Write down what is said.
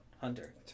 Hunter